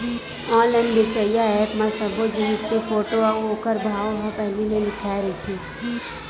online बेचइया app म सब्बो जिनिस के फोटू अउ ओखर भाव ह पहिली ले लिखाए रहिथे